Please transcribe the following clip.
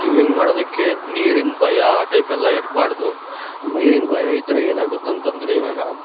swimming ಮಾಡೋದಕ್ಕೆ ನೀರಿನ ಭಯ ಆ ಟೈಪ್ ಎಲ್ಲ ಇರಬಾರದು ನೀರಿನ ಭಯ ಇದ್ದರೆ ಏನಾಗುತ್ತಂತ ಅಂದ್ರೆ ಇವಾಗ